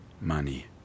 money